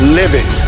living